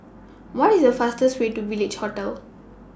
What IS The fastest Way to Village Hotel